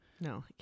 no